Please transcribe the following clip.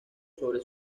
sobre